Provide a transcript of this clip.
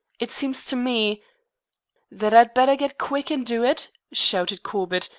it seems to me that i'd better get quick and do it, shouted corbett,